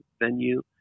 venue